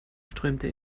strömte